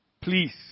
Please